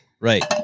Right